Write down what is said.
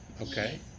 Okay